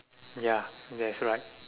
ya that's right